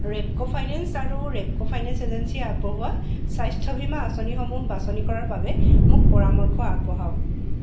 Repco finance আৰু Repco finance এজেঞ্চিয়ে আগবঢ়োৱা স্বাস্থ্য বীমা আঁচনিসমূহ বাছনি কৰাৰ বাবে মোক পৰামৰ্শ আগবঢ়াওক